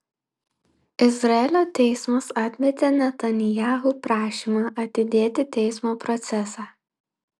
izraelio teismas atmetė netanyahu prašymą atidėti teismo procesą